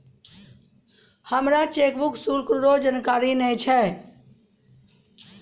हमरा चेकबुक शुल्क रो जानकारी नै छै